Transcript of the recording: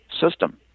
system